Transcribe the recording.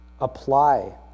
Apply